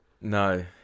no